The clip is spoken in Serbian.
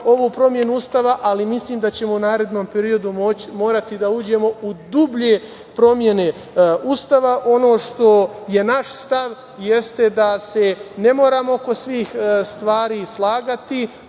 ovu promenu Ustava, ali mislim da ćemo u narednom periodu morati da uđemo u dublje promene Ustava. Ono što je naš stav jeste da se ne moramo oko svih stvari slagati,